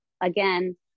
again